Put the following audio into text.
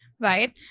right